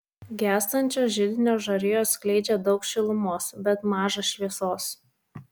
gęstančios židinio žarijos skleidžia daug šilumos bet maža šviesos